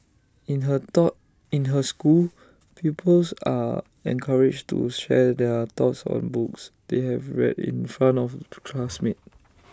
in her thought in her school pupils are encouraged to share their thoughts on books they have read in front of classmates